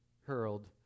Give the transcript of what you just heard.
hurled